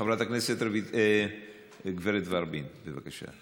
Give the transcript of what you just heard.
חברת הכנסת, גברת ורבין, בבקשה.